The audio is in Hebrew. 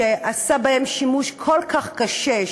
שעשה בהם שימוש כל כך קשה,